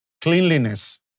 cleanliness